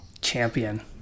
champion